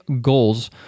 goals